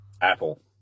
Apple